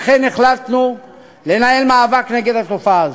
לכן, החלטנו לנהל מאבק נגד התופעה הזו.